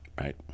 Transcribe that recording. right